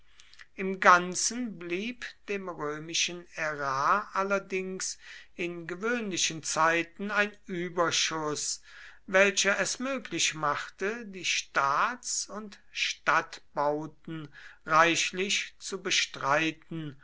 im ganzen blieb dem römischen ärar allerdings in gewöhnlichen zeiten ein überschuß welcher es möglich machte die staats und stadtbauten reichlich zu bestreiten